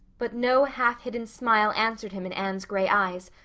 but no half hidden smile answered him in anne's gray eyes,